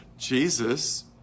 Jesus